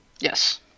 yes